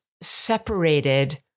separated